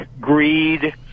greed